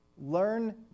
Learn